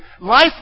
Life